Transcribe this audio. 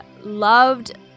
loved